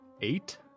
Eight